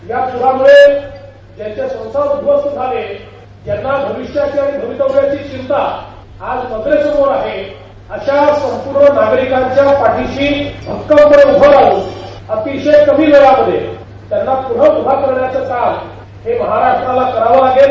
या प्रामुळे ज्यांचे संसार उद्ध्वस्त झाले त्यांना भविष्याची आणि भवितव्याची चिंता आज नजरेसमोर आहे अशा संपूर्ण नागरिकांच्या पाठीशी भक्कमपणे उभं राहन अतिशय कमी वेळामध्ये त्यांना पुन्हा उभं करण्याचं काम हे महाराष्ट्राला करावं लागेल